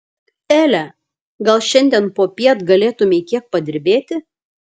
ele gal šiandien popiet galėtumei kiek padirbėti